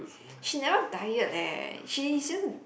she never diet leh she just